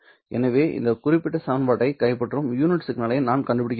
எனவே இந்த குறிப்பிட்ட சமன்பாட்டைக் கைப்பற்றும் யூனிட் சிக்னலை நான் கண்டுபிடிக்க வேண்டும்